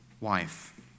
wife